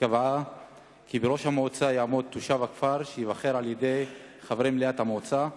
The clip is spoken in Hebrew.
שקבעה כי בראש המועצה יעמוד תושב הכפר שייבחר על-ידי חברי מליאת המועצה.